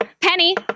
Penny